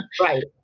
right